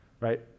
right